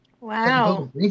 Wow